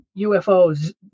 ufos